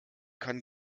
kann